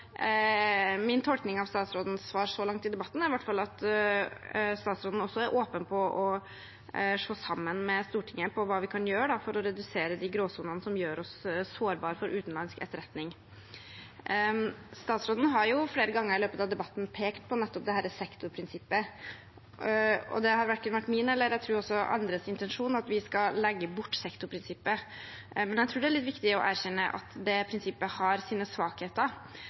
min tolkning av statsrådens svar så langt i debatten er i hvert fall at statsråden også er åpen for å se på, sammen med Stortinget, hva vi kan gjøre for å redusere de gråsonene som gjør oss sårbare for utenlandsk etterretning. Statsråden har flere ganger i løpet av debatten pekt på nettopp dette sektorprinsippet, og det har verken vært min eller – tror jeg – andres intensjon at vi skal legge bort sektorprinsippet, men jeg tror det er litt viktig å erkjenne at det prinsippet har sine svakheter.